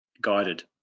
guided